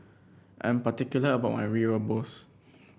I'm particular about my Mee Rebus